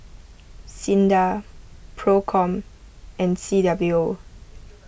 Sinda Procom and C W O